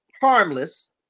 harmless